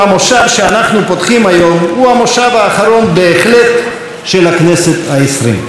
המושב שאנחנו פותחים היום הוא המושב האחרון בהחלט של הכנסת העשרים.